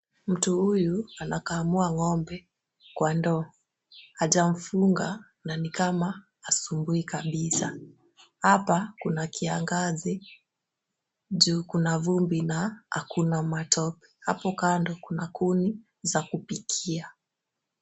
Mtu huyu anakamua ng'ombe kwa ndoo. Hajamfunga na ni kama asubuhi kabisa. Hapa kuna kiangazi ju kuna vumbi na hakuna matope. Hapo kando kuna kuni za kupikia.